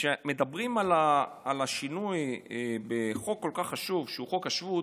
כשמדברים על שינוי בחוק כל כך חשוב שהוא חוק השבות,